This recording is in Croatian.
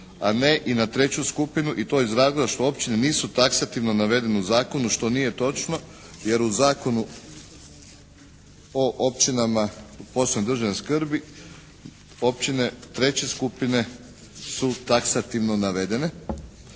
a ne i na treću skupinu i to iz razloga što općine nisu taksativno navedene u zakonu što nije točno, jer u zakonu po općinama od posebne državne skrbi općine treće skupine su taksativno navedene.